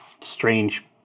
strange